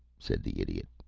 said the idiot.